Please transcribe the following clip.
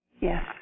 Yes